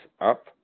up